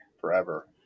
forever